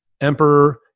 Emperor